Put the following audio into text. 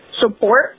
support